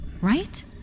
right